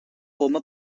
poma